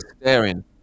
staring